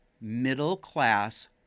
middle-class